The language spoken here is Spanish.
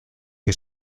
que